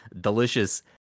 delicious